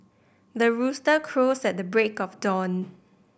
the rooster crows at the break of dawn